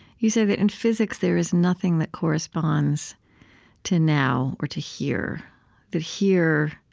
you say that in physics there is nothing that corresponds to now or to here that here